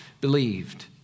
believed